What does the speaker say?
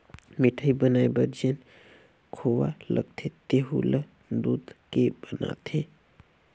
मिठाई बनाये बर जेन खोवा लगथे तेहु ल दूद के बनाथे